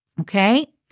Okay